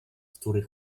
który